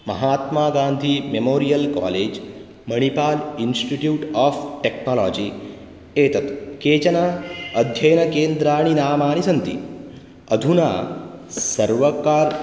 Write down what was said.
महात्मागान्धिमेमोरियल् college Manipal institute of टेक्नोलाजि एतत् केचन अध्ययनकेन्द्राणि नामानि सन्ति अधुना सर्वकार्